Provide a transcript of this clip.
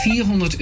400